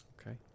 okay